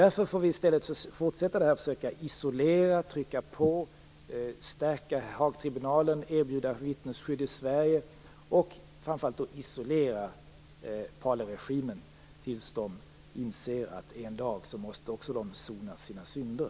Därför får vi i stället fortsätta och försöka isolera, trycka på, stärka Haagtribunalen, erbjuda vittnesskydd i Sverige och - framför allt - isolera Paleregimen tills den inser att också den en dag måste sona sina synder.